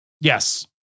Yes